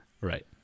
Right